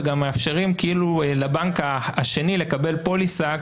ומאפשרים לבנק השני לקבל פוליסה,